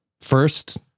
first